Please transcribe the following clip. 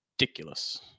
ridiculous